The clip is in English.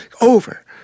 over